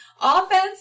offense